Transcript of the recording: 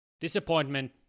Disappointment